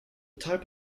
type